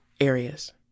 areas